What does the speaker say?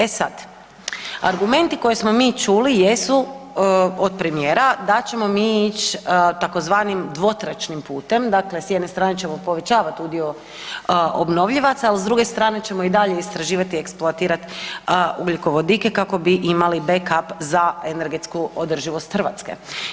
E sad, argumenti koje smo mi čuli, jesu od premijera da ćemo mi ić tzv. dvotračnim putem, dakle s jedne strane ćemo povećavati udio obnovljivaca ali s druge strane ćemo i dalje istraživati i eksploatirat ugljikovodike kako bi imali back up za energetsku održivost Hrvatske.